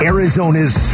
Arizona's